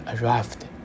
arrived